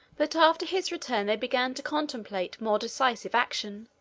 but after his return they began to contemplate more decisive action,